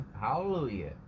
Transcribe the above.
Hallelujah